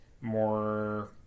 more